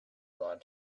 glad